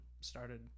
started